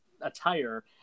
attire